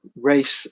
race